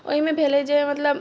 ओहिमे भेलै जे मतलब